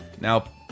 Now